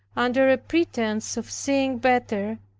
under a pretense of seeing better,